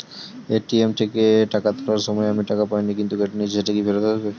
ATM থেকে টাকা তোলার সময় আমি টাকা পাইনি কিন্তু কেটে নিয়েছে সেটা কি ফেরত এসেছে?